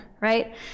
right